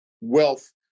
wealth